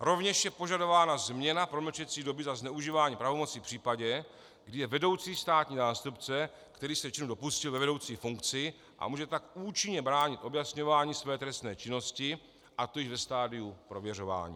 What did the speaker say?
Rovněž je požadována změna promlčecí doby za zneužívání pravomoci v případě, kdy je vedoucí státní zástupce, který se činu dopustil, ve vedoucí funkci, a může tak účinně bránit objasňování své trestné činnosti a to již ve stadiu prověřování.